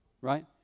Right